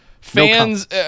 Fans